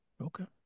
Okay